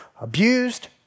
abused